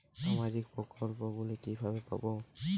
সামাজিক প্রকল্প গুলি কিভাবে পাব?